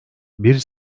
bir